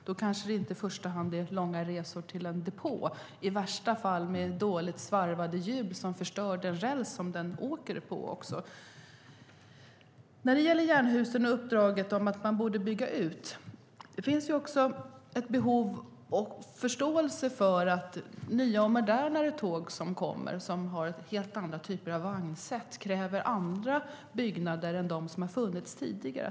Då kanske det inte i första hand handlar om långa resor till en depå, i värsta fall med dåligt svarvade hjul som förstör den räls som man åker på. När det gäller Jernhusen och uppdraget att man borde bygga ut kan jag säga följande. Det finns ett behov av och förståelse för att nya och modernare tåg som kommer och som har helt andra typer av vagnsätt kräver andra byggnader än de som har funnits tidigare.